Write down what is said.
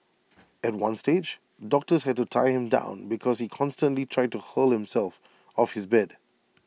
at one stage doctors had to tie him down because he constantly tried to hurl himself off his bed